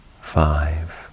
Five